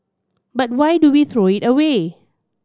but why do we throw it away